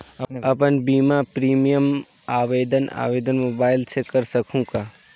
अपन बीमा प्रीमियम आवेदन आवेदन मोबाइल से कर सकहुं का?